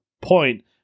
point